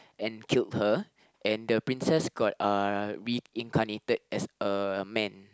and killed her and the princess got uh reincarnated as a man